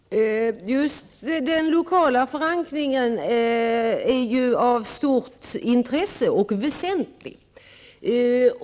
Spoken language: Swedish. Fru talman! Just den lokala förankringen är av stort intresse och väsentlig.